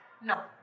No